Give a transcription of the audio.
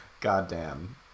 goddamn